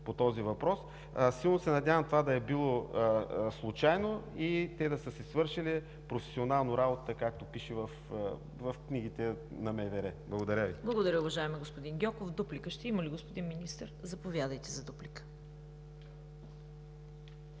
по този въпрос – силно се надявам това да е било случайно и те да са си свършили професионално работата, както пише в книгите на МВР. Благодаря Ви. ПРЕДСЕДАТЕЛ ЦВЕТА КАРАЯНЧЕВА: Благодаря Ви, уважаеми господин Гьоков. Дуплика ще има ли, господин Министър? Заповядайте за дуплика!